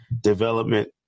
development